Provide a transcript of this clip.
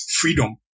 Freedom